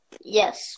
Yes